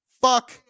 Fuck